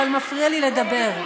אבל מפריע לי לדבר.